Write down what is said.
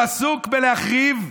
הוא עסוק בלהחריב,